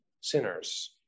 sinners